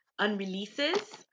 unreleases